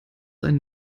einen